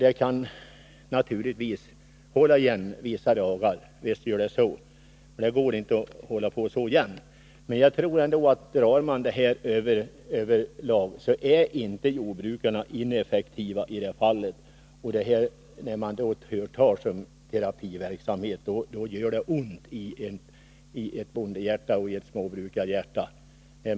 De kan naturligtvis hålla igen vissa dagar — visst gör de så — men det går inte att hålla på så jämt. Men ser man till helhetsbilden, är jordbrukarna inte ineffektiva i detta avseende. När man hör tal om terapiverksamhet, gör det ont i ett bondehjärta och i ett småbrukarhjärta.